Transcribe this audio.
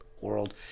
world